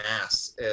mass